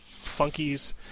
funkies